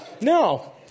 No